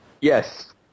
Yes